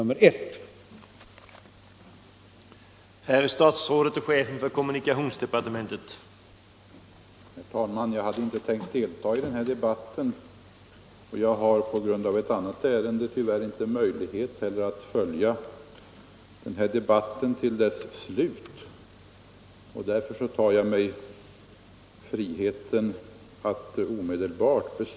Anslag till vägväsendet, m.m.